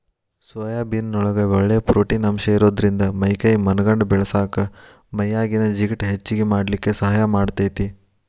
soybean ನೊಳಗ ಒಳ್ಳೆ protein ಅಂಶ ಇರೋದ್ರಿಂದ ಮೈ ಕೈ ಮನಗಂಡ ಬೇಳಸಾಕ ಮೈಯಾಗಿನ ಜಿಗಟ್ ಹೆಚ್ಚಗಿ ಮಾಡ್ಲಿಕ್ಕೆ ಸಹಾಯ ಮಾಡ್ತೆತಿ